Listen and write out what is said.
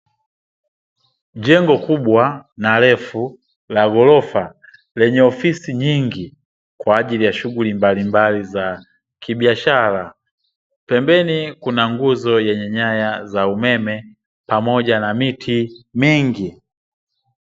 Jengo kubwa na refu la ghorofa lenye ofisi nyingi kwa ajili ya shughuli mbalimbali za kibiashara. Pembeni kuna nguzo yenye nyaya za umeme pamoja na miti mingi,